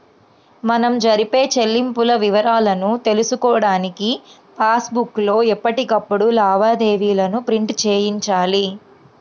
మనం జరిపే చెల్లింపుల వివరాలను తెలుసుకోడానికి పాస్ బుక్ లో ఎప్పటికప్పుడు లావాదేవీలను ప్రింట్ చేయించాలి